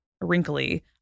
wrinkly